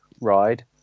ride